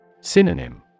Synonym